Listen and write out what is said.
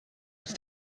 ist